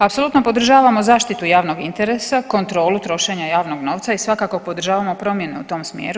Apsolutno podržavamo zaštitu javnog interesa, kontrolu trošenja javnog novca i svakako podržavamo promjenu u tom smjeru.